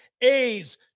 A's